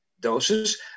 doses